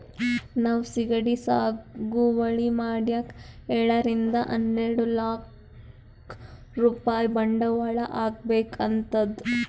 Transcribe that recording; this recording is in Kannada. ನಾವ್ ಸಿಗಡಿ ಸಾಗುವಳಿ ಮಾಡಕ್ಕ್ ಏಳರಿಂದ ಹನ್ನೆರಡ್ ಲಾಕ್ ರೂಪಾಯ್ ಬಂಡವಾಳ್ ಹಾಕ್ಬೇಕ್ ಆತದ್